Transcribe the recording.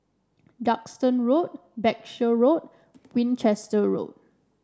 Duxton Road Berkshire Road Winchester Road